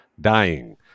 dying